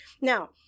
Now